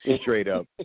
straight-up